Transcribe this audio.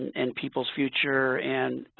and people's future and